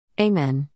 Amen